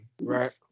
Right